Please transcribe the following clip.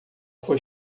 foi